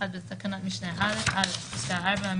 1 בתקנת משנה א' על 4 המילים,